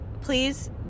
please